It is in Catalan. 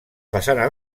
façana